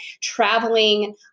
traveling